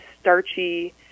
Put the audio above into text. starchy